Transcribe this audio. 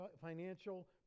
financial